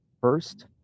first